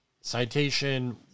Citation